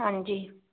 ਹਾਂਜੀ